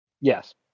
Yes